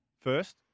First